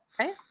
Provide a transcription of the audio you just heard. Okay